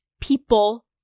people